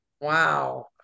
Wow